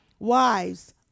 Wives